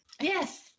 Yes